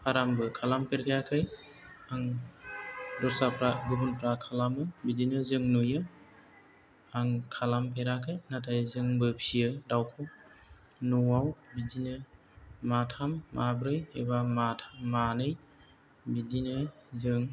फार्मबो खालामफेरखायाखै आं दस्राफ्रा गुबुनफ्रा खालामो बिदिनो जों नुयो आं खालामफेराखै नाथाय जोंबो फियो दाउखौ न'आव बिदिनो माथाम माब्रै एबा माथाम मानै बिदिनो जों